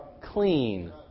clean